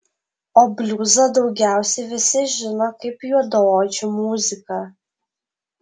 o bliuzą daugiausiai visi žino kaip juodaodžių muziką